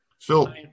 Phil